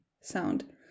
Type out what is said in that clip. sound